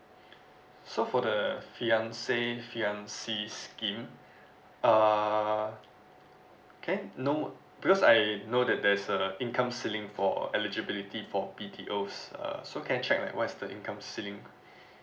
so for the fiancé fiancée scheme uh okay no because I know that there's a income ceiling for eligibility for B_T_Os uh so can I check like what's the income ceiling